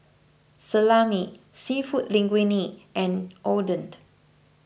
Salami Seafood Linguine and Odent